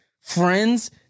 friends